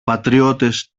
πατριώτες